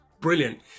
Brilliant